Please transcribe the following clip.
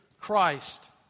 Christ